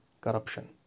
corruption